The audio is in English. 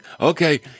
okay